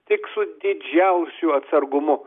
tik su didžiausiu atsargumu